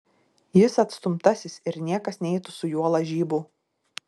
jis atstumtasis ir niekas neitų su juo lažybų